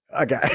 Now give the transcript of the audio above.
Okay